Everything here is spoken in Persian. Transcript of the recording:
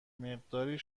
مقداری